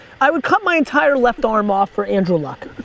i would cut my entire left arm off for andrew luck,